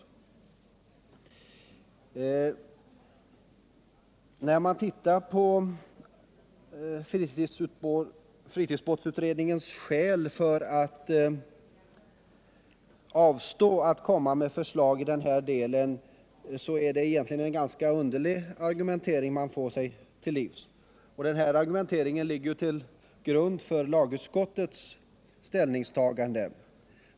När man tittar på fritidsbåtsutredningens skäl för att avstå från att Komma med förslag i den här delen är det egentligen en ganska underlig argumentering man får sig till livs. Denna argumentering ligger till grund för lagutskottets ställningstagande.